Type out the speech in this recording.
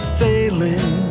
failing